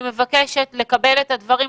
אני מבקשת לקבל את הדברים,